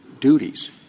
duties